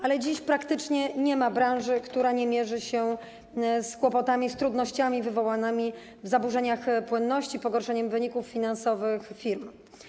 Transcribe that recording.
Ale dziś praktycznie nie ma branży, która nie mierzy się z kłopotami, z trudnościami wywołanymi w zaburzeniach płynności, z pogorszeniem wyników finansowych firm.